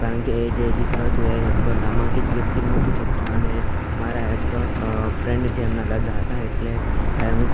કારણ કે એ જે ચિત્ર હતું એ એક નામાંકિત વ્યક્તિનું હતું જે અને મારા એક ફ્રેન્ડ છે એમના દાદા હતા એટલે એ હું